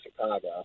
Chicago